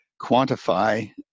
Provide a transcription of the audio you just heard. quantify